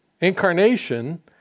Incarnation